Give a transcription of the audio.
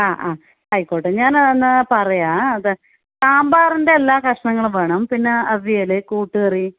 ആ ആ ആയിക്കോട്ടെ ഞാൻ അത് എന്നാൽ പറയാം അത് സാമ്പാറിൻ്റെ എല്ലാ കഷ്ണങ്ങളും വേണം പിന്നെ അവിയൽ കൂട്ട്കറി